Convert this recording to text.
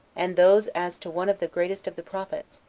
and those as to one of the greatest of the prophets,